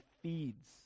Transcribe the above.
Feeds